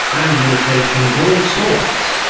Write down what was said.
and limitation of all sorts,